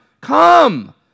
come